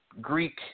Greek